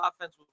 offense